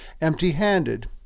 empty-handed